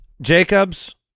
Jacobs